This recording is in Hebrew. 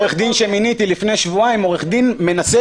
עורך דין שמיניתי לפני שבועיים הוא מנסה